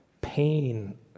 pain